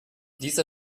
dieser